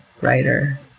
writer